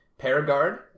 Paragard